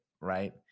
right